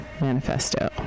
manifesto